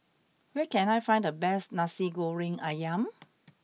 where can I find the best Nasi Goreng Ayam